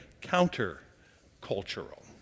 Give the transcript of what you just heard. counter-cultural